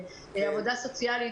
עבודה סוציאלית,